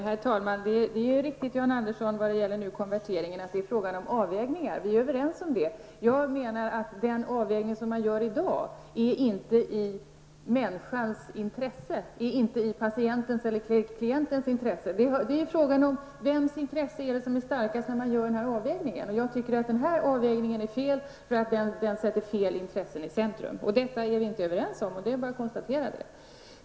Herr talman! Det är riktigt, Jan Andersson, att konverteringen är en fråga om avvägningar. Vi är överens om det. Jag menar att den avvägning som man gör i dag inte är i människans intresse. Den är inte i patientens eller klientens intresse. Det är fråga om vems intresse som är starkast när man gör den här avvägningen. Jag tycker att den här avvägningen är fel, för den sätter fel intressen i centrum. Detta är vi inte överens om, det är bara att konstatera.